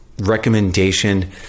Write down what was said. recommendation